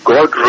God